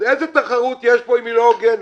אז איזה תחרות יש פה, אם היא לא הוגנת?